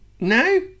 no